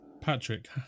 Patrick